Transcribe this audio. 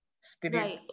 Spirit